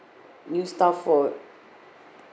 new staff for